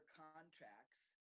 contracts